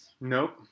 Nope